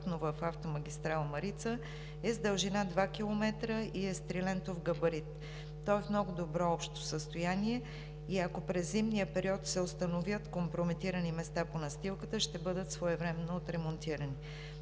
в автомагистрала „Марица“, е с дължина 2 км и е с трилентов габарит. Той е в много добро общо състояние и ако през зимния период се установят компрометирани места по настилката, ще бъдат своевременно отремонтирани.